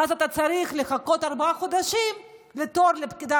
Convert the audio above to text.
ואז אתה צריך לחכות ארבעה חודשים בתור לפקידה